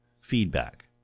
feedback